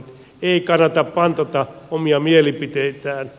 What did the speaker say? ei kannata pantata omia mielipiteitään